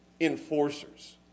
enforcers